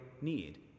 need